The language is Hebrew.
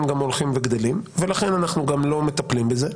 הולכים וגדלים ולכן אנחנו גם לא מטפלים בזה.